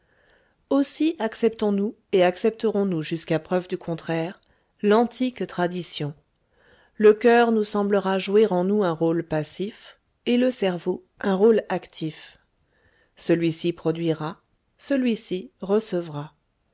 aussi acceptons nous et accepterons nous jusqu'à preuve du contraire l'antique tradition le coeur nous semblera jouer en nous un rôle passif et le cerveau un rôle actif celui-ci produira celui-ci recevra